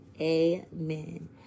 Amen